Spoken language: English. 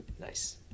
Nice